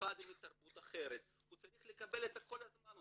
במיוחד אם הוא מתרבות אחרת והוא צריך לקבל את כל הזמן,